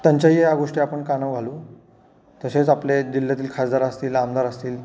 त्यांच्याही या गोष्टी आपण कानावर घालू तसेच आपले जिल्ह्यातील खासदार असतील आमदार असतील